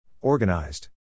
Organized